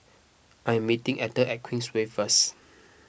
I am meeting Etter at Queensway first